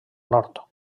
nord